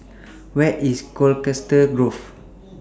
Where IS Colchester Grove